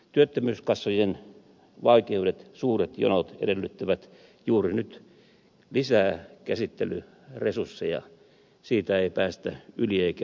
työttömyyskassojen vaikeudet suuret jonot edellyttävät juuri nyt lisää käsittelyresursseja siitä ei päästä yli eikä ympäri